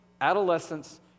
adolescence